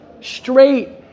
straight